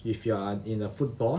if you are in a football